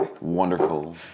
wonderful